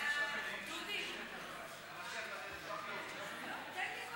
שעות עבודה ומנוחה (תיקון מס'